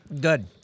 Good